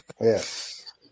Yes